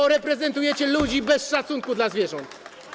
bo reprezentujecie ludzi bez szacunku dla zwierząt.